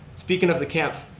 speaking of the camp,